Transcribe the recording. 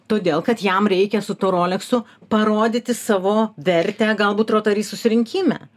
todėl kad jam reikia su tuo roleksu parodyti savo vertę galbūt rotary susirinkime